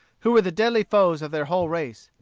who were the deadly foes of their whole race.